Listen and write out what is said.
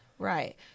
Right